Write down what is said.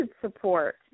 support